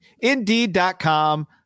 Indeed.com